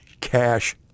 cash